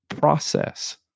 process